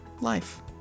life